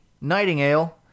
nightingale